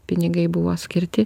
pinigai buvo skirti